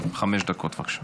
חמש דקות, בבקשה.